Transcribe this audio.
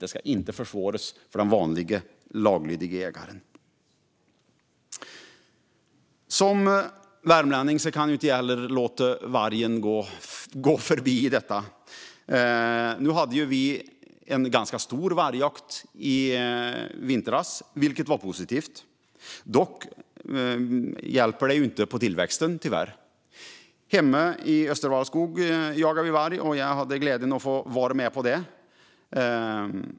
Det ska inte försvåra för den vanliga laglydiga jägaren. Som värmlänning kan jag inte låta frågan om vargen gå mig förbi. Nu hade vi en ganska stor vargjakt i vintras, vilket var positivt. Dock hjälper det tyvärr inte vad gäller tillväxten. Hemma i Östervallskog jagar vi varg, och jag hade glädjen att få vara med om det.